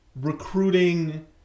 recruiting